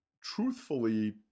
truthfully